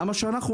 למה שאנחנו,